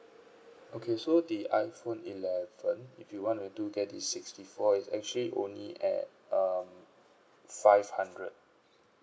okay so the iphone eleven if you want to do get the sixty four is actually only at um five hundred